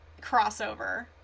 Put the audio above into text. crossover